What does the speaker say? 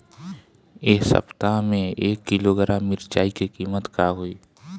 एह सप्ताह मे एक किलोग्राम मिरचाई के किमत का होई?